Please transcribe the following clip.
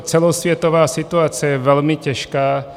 Celosvětová situace je velmi těžká.